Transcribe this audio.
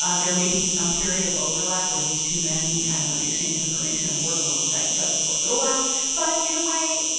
ah there may be some period of overlap where these two men kind of exchange information and work alongside each other for a little while but, in a way,